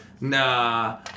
nah